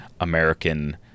American